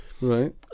Right